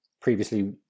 previously